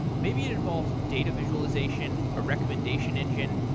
maybe it involves data visualization, a recommendation engine,